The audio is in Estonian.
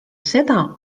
seda